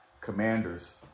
Commanders